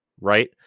right